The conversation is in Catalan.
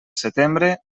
setembre